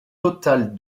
totale